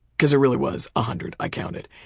because it really was a hundred, i counted.